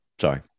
sorry